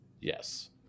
yes